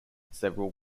several